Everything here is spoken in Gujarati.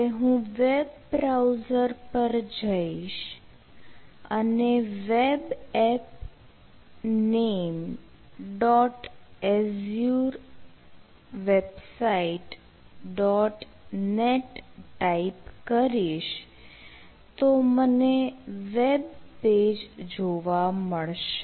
હવે હું વેબ બ્રાઉઝર પર જઈશ અને web app name dot azure website dot net type કરીશ તો મને વેબ પેજ જોવા મળશે